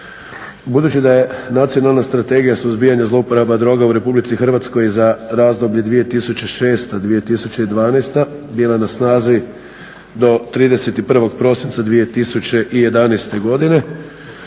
Budući da je Nacionalna strategija suzbijanja zlouporaba droga u RH za razdoblje 2006.-2012. bila na snazi do 31. prosinca 2011. godine